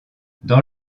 dans